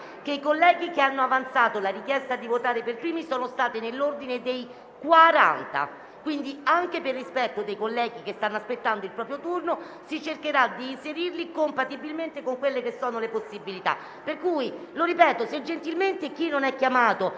che i senatori che hanno avanzato la richiesta di votare per primi sono stati nell'ordine dei quaranta. Quindi, anche per rispetto dei colleghi che stanno aspettando il proprio turno, si cercherà di inserirli, compatibilmente con le possibilità. Per cui, lo ripeto, se gentilmente chi non è chiamato